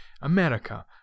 America